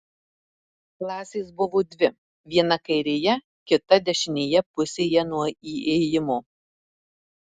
klasės buvo dvi viena kairėje kita dešinėje pusėje nuo įėjimo